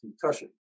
concussion